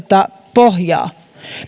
pohjaa